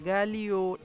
Galio